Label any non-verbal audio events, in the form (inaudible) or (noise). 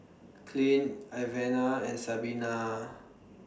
Clint (noise) Ivana and Sabina